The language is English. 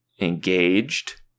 engaged